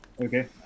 Okay